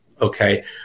okay